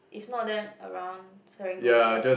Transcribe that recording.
if not then around Serangoon lor